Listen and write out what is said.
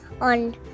on